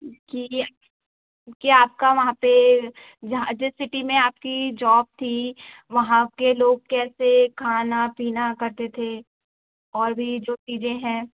कि आपका वहाँ पर जहाँ जिस सिटी में आपकी जॉब थी वहाँ के लोग कैसे खाना पीना करते थे और भी जो चीजें हैं